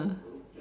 ah